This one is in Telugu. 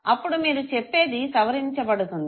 అప్పుడు మీరు చెప్పేది సవరించబడుతుంది